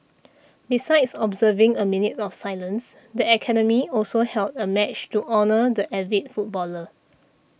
besides observing a minute of silence the academy also held a match to honour the avid footballer